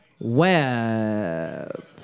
web